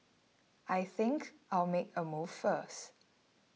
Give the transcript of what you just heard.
I think I'll make a move first